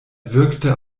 wirkte